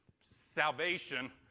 salvation